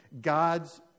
God's